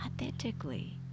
authentically